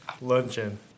Luncheon